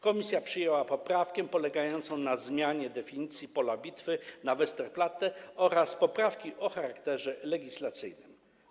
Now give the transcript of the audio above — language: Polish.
Komisja przyjęła poprawkę polegającą na zmianie definicji pola bitwy na Westerplatte oraz poprawki o charakterze legislacyjnym.